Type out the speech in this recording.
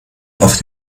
auf